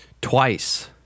Twice